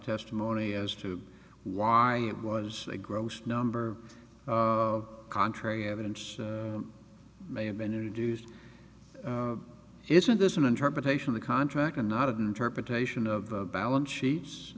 testimony as to why it was a gross number of contrary evidence may have been introduced isn't this an interpretation of the contract and not an interpretation of balance sheets